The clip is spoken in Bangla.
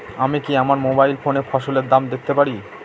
আমি কি আমার মোবাইল ফোনে ফসলের দাম দেখতে পারি?